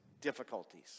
difficulties